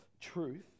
Truth